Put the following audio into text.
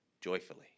joyfully